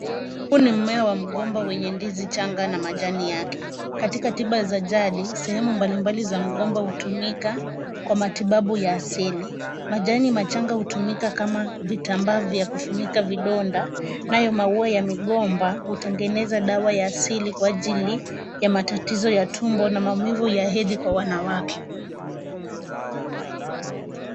Huu ni mmea wa mgomba wenye ndizi changa na majani yake. Katika tiba za jadi, sehemu mbali mbali za mgomba hutumika kwa matibabu ya asili. Majani machanga hutumika kama vitambaa vya kufunika vidonda, nayo maua ya migomba hutengeneza dawa ya asili kwa ajili ya matatizo ya tumbo na maumivu ya hedhi kwa wanawake.